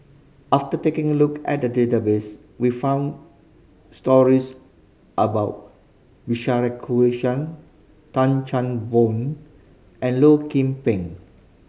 after taking a look at the database we found stories about Bilahari Kausikan Tan Chan Boon and Low Kim Pong